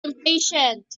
impatient